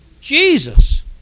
Jesus